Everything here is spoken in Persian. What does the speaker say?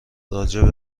راجع